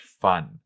fun